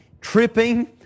tripping